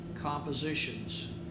compositions